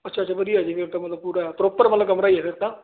ਅੱਛਾ ਅੱਛਾ ਵਧੀਆ ਜੀ ਫਿਰ ਤਾਂ ਮਤਲਬ ਪੂਰਾ ਪ੍ਰੋਪਰ ਮਤਲਬ ਕਮਰਾ ਹੀ ਆ ਫਿਰ ਤਾਂ